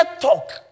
talk